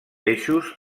eixos